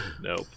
Nope